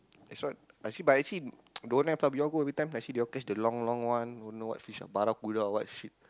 next one I see but I see don't have lah we all go everytime like I see they catch the long long one don't know what fish lah Ba lao gu lao or what shit